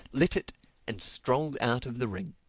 lit it and strolled out of the ring.